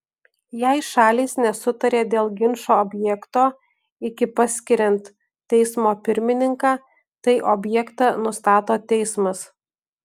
jei šalys nesutarė dėl ginčo objekto iki paskiriant teismo pirmininką tai objektą nustato teismas